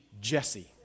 Jesse